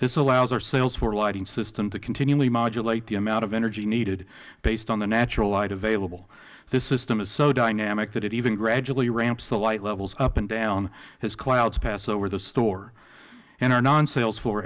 this allows our sales floor lighting system to continually modulate the amount of energy needed based on the natural light available this system is so dynamic that it even gradually ramps the light levels up and down as clouds pass over the store in our non sales f